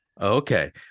Okay